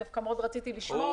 דווקא מאוד רציתי לשמוע אותו.